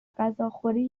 غذاخوری